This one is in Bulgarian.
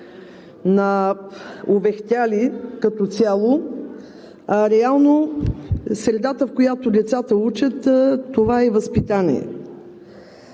овехтяли като цяло. Реално средата, в която децата учат – това е и възпитание.